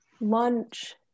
lunch